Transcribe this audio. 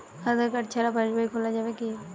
আধার card ছাড়া পাশবই খোলা যাবে কি?